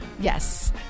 Yes